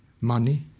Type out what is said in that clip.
money